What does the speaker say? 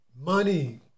Money